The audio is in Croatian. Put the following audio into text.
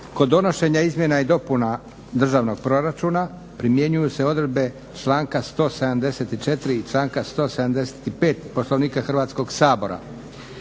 Kod donošenja izmjena i dopuna Državnog proračuna primjenjuju se odredbe članka 174. i članka 175. Poslovnika Hrvatskog sabora.